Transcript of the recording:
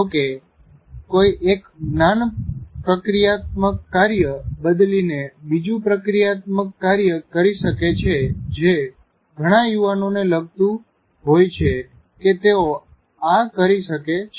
જો કે કોઈ એક જ્ઞાન પ્રક્રિયાત્મક કાર્ય બદલીને બીજું પ્રક્રિયાત્મક કાર્ય કરી શકે છે જે ઘણા યુવાનોને લાગતું હોઈ છે કે તેઓ આ કરી શકે છે